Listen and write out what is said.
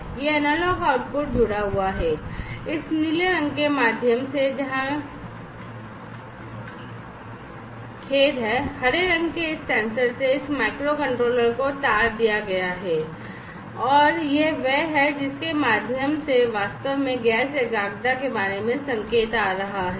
और यह analogue output जुड़ा हुआ है इस नीले रंग के माध्यम से जहां खेद है कि हरे रंग के इस सेंसर से इस माइक्रोकंट्रोलर को तार दिया गया है और यह वह है जिसके माध्यम से वास्तव में गैस एकाग्रता के बारे में संकेत आ रहा है